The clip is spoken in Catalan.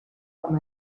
com